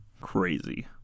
Crazy